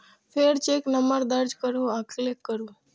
फेर cheque number दर्ज करू आ क्लिक करू